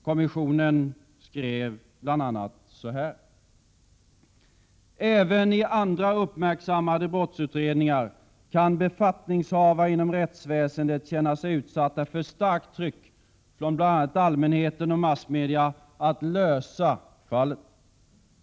Kommissionen skrev bl.a. så här: ”Även i andra uppmärksammade brottsutredningar kan befattningshavare inom rättsväsendet känna sig utsatta för starkt tryck från bl.a. allmänheten och massmedia att lösa fallet.